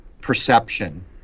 perception